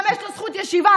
גם יש לו זכות ישיבה,